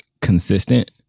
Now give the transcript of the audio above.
consistent